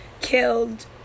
killed